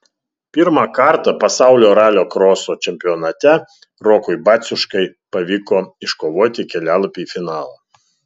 pirmą kartą pasaulio ralio kroso čempionate rokui baciuškai pavyko iškovoti kelialapį į finalą